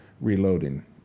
reloading